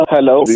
Hello